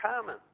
common